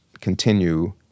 continue